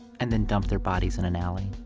and then dump their bodies in an alley.